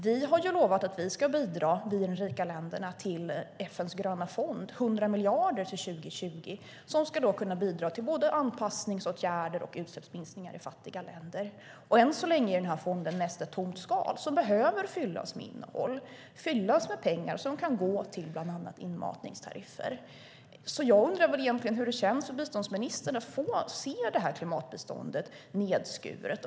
Vi har ju lovat att vi i de rika länderna ska bidra till FN:s gröna fond, 100 miljarder till 2020, som ska kunna bidra till både anpassningsåtgärder och utsläppsminskningar i fattiga länder. Än så länge är den här fonden mest ett tomt skal som behöver fyllas med innehåll, fyllas med pengar som kan gå till bland annat inmatningstariffer. Jag undrar egentligen hur det känns för biståndsministern att få se det här klimatbiståndet nedskuret.